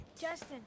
Justin